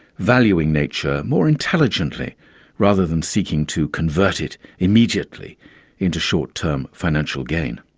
valuing nature more intelligently rather than seeking to convert it immediately into short term financial gain.